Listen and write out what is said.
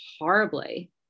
horribly